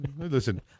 listen